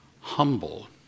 humble